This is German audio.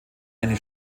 eine